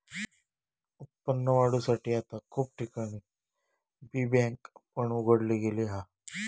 उत्पन्न वाढवुसाठी आता खूप ठिकाणी बी बँक पण उघडली गेली हा